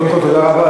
רק משפט אחד,